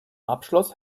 abschluss